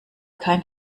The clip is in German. kein